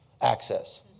access